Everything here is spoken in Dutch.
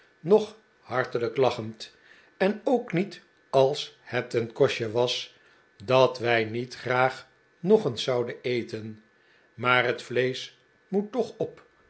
nog hartelijk lachend en ook niet als het een kostje was dat wij niet graag nog eens zouden eten maar het vleesch moet toch op